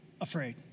afraid